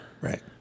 Right